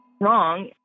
wrong